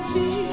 See